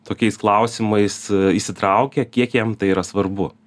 tokiais klausimais įsitraukę kiek jiem tai yra svarbu